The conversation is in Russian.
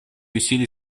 усилий